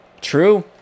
True